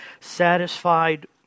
satisfied